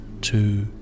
two